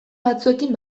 batzuekin